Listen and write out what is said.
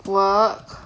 work